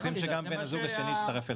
רוצים שגם בן הזוג השני יצטרף אליו.